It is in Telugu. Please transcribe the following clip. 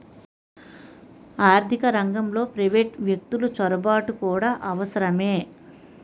ఆర్థిక రంగంలో ప్రైవేటు వ్యక్తులు చొరబాటు కూడా అవసరమే